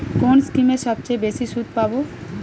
কোন স্কিমে সবচেয়ে বেশি সুদ পাব?